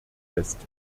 fest